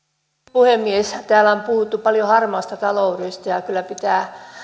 puhemies täällä on puhuttu paljon harmaasta taloudesta ja kyllä